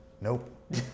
Nope